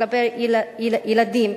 כלפי ילדים.